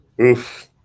oof